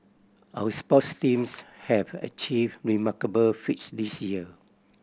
our sports teams have achieved remarkable feats this year